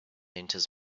enters